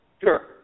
Sure